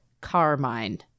Carmine